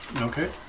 Okay